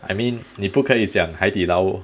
I mean 你不可以讲海底捞